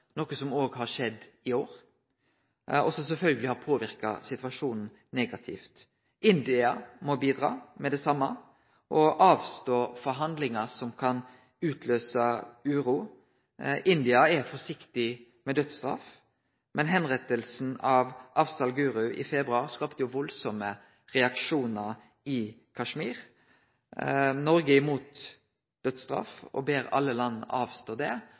noko som har skjedd i år. Sjølvsagt har dette påverka situasjonen negativt. India må bidra med det same og avstå frå handlingar som kan utløyse uro. India er forsiktig med dødsstraff, men avrettinga av Afzal Guru i februar skapte veldige reaksjonar i Kashmir. Noreg er imot dødsstraff og ber alle landa avstå frå det.